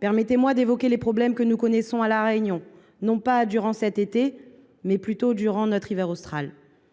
Permettez moi d’évoquer les problèmes que nous avons connus à La Réunion, non pas cet été, mais durant notre hiver austral.